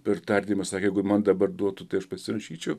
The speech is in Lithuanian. per tardymą sakė jeigu man dabar duotų tai aš pasirašyčiau